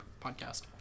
podcast